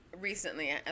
Recently